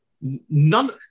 None